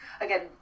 again